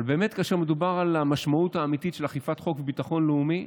אבל כאשר מדובר על המשמעות האמיתית של אכיפת חוק וביטחון לאומי,